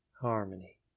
harmony